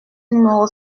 numéro